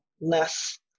less